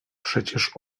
przecież